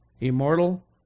immortal